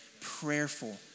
prayerful